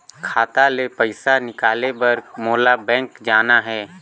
खाता ले पइसा निकाले बर मोला बैंक जाना हे?